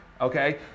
okay